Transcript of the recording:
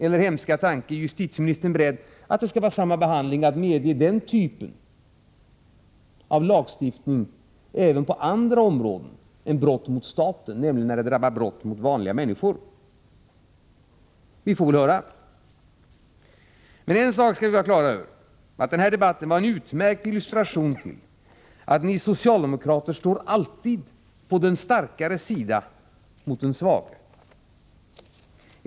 Eller är — hemska tanke - justitieministern beredd att medge denna typ av lagstiftning även på andra områden än i fråga om brott mot staten, nämligen när det gäller brott mot vanliga människor? Vi får väl höra. En sak skall vi vara på det klara med. Denna debatt har varit en utmärkt illustration till att ni socialdemokrater alltid står på den starkares sida, mot den svage.